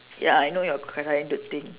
ya I know you're trying to think